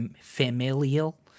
familial